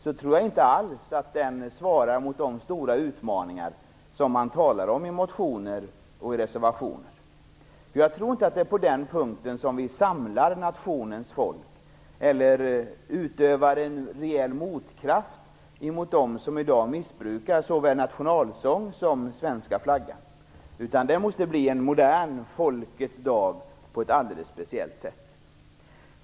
Det tror jag inte alls svarar mot de stora utmaningar som man talar om i motioner och reservationer. Jag tror inte att det är på det sättet som vi samlar nationens folk eller utövar en reell motkraft mot dem som i dag missbrukar såväl nationalsång som svenska flaggan. Det måste bli en modern folkets dag på ett alldeles speciellt sätt.